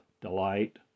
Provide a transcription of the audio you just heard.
delight